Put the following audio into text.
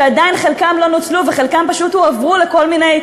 שעדיין חלקם לא נוצלו וחלקם פשוט הועברו לכל מיני,